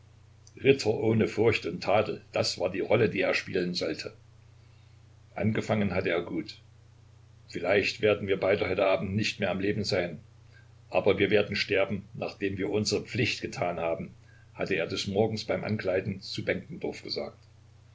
ritter ohne furcht und tadel das war die rolle die er spielen sollte angefangen hatte er gut vielleicht werden wir beide heute abend nicht mehr am leben sein aber wir werden sterben nachdem wir unsere pflicht getan haben hatte er des morgens beim ankleiden zu benkendorf gesagt